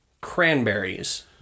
Cranberries